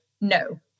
No